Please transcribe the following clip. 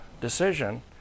decision